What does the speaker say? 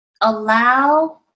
allow